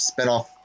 spinoff